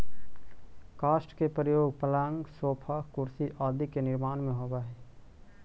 काष्ठ के प्रयोग पलंग, सोफा, कुर्सी आदि के निर्माण में होवऽ हई